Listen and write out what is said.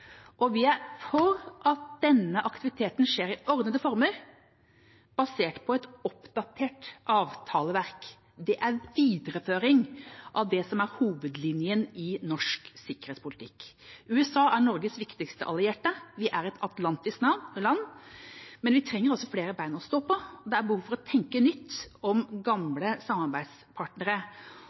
og vi er for at denne aktiviteten skjer i ordnede former, basert på et oppdatert avtaleverk. Det er videreføring av det som er hovedlinjen i norsk sikkerhetspolitikk. USA er Norges viktigste allierte, vi er et atlantisk land, men vi trenger også flere bein å stå på. Det er behov for å tenke nytt om gamle samarbeidspartnere,